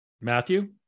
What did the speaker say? Matthew